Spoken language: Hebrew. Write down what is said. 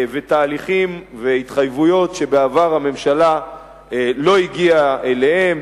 ותהליכים והתחייבויות שבעבר הממשלה לא הגיעה אליהם,